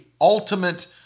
ultimate